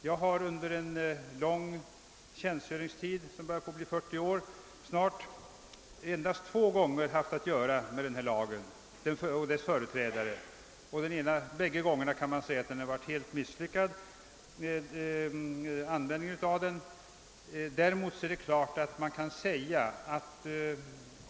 Jag har under en lång tjänstgöringstid, närmare 40 år, endast två gånger haft att göra med uppsiktslagen. Bägge gångerna kan man säga att dess tillämpning var helt misslyckad.